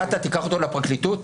אתה תיקח אותו לפרקליטות?